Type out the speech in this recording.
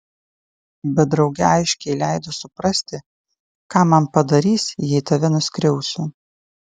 bet drauge aiškiai leido suprasti ką man padarys jei tave nuskriausiu